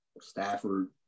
Stafford